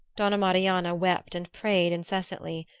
donna marianna wept and prayed incessantly,